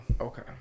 Okay